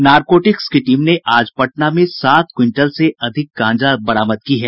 narcotics विभाग ने आज पटना में सात क्विंटल से अधिक गांजा बरामद किया है